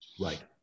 Right